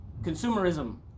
Consumerism